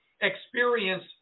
experience